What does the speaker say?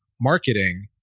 marketing